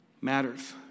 matters